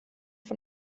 von